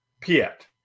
Piet